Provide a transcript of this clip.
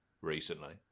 recently